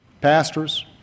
Pastors